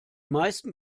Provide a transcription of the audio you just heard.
meisten